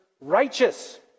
righteous